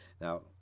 Now